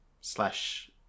slash